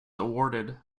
awarded